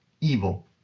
evil